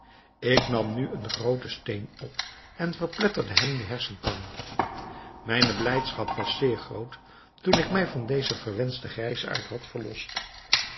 ik nam nu een grooten steen op en verpletterde hem de hersenpan mijne blijdschap was zeer groot toen ik mij van dezen verwenschten grijsaard had verlost